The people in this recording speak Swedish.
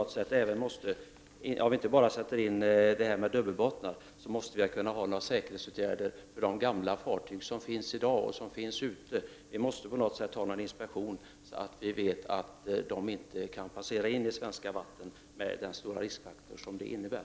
Om vi inte kräver dubbelbotten måste vi i alla fall införa säkerhetsåtgärder när det gäller de fartyg som finns ute i dag. Vi måste ha någon sorts inspektion, så att vi vet att enkelbottnade fartyg inte kan passera in i svenska vatten, med de stora risker som det innebär.